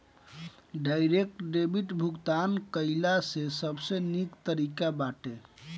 direct debit भुगतान कइला से सबसे निक तरीका बाटे